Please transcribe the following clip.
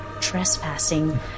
trespassing